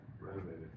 renovated